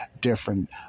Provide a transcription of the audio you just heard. different